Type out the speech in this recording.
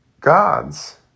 gods